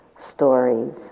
stories